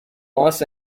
los